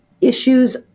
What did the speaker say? issues